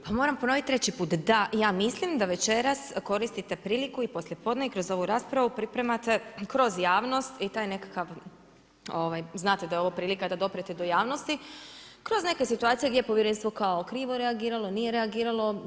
Pa moram ponoviti treći put, da ja mislim da večeras koristite priliku i poslije podne i kroz ovu raspravu pripremate, kroz javnost i taj nekakav, znate da je ovo prilika da dopirete do javnosti, kroz neke situacije, gdje povjerenstvo kao krivo reagiralo, nije reagiralo.